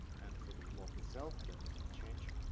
and for the block itself then we can change